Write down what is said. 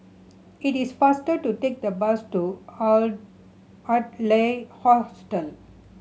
it is faster to take the bus to Adler Hostel